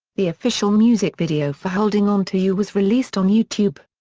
the official music video for holding on to you was released on youtube.